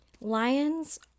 lions